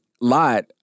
Lot